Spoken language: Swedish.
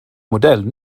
modell